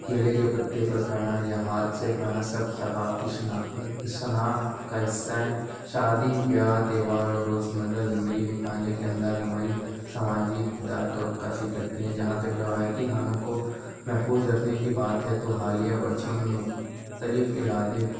کیلے کے پتے پر کھانا یا ہاتھ سے کھانا سب ثقافتی شناخت شناخت کا حصہ ہیں شادی بیاہ تہوار اور روز مرہ زندگی میں کھانے کے انداز ہماری سماجی اقدار کا عکاسی کرتی ہیں جہاں تک روایتی کھانوں کو محفوظ رکھنے کی بات ہے تو حالیہ برسوں میں مختلف ارادے